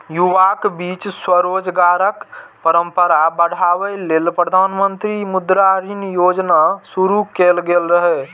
युवाक बीच स्वरोजगारक परंपरा बढ़ाबै लेल प्रधानमंत्री मुद्रा ऋण योजना शुरू कैल गेल रहै